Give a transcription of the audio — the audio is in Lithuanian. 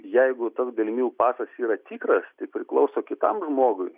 jeigu tas galimybių pasas yra tikras tik priklauso kitam žmogui